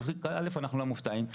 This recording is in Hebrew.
אז גבירתי קודם כל לא מופתעים,